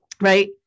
Right